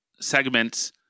segments